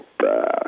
back